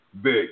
Big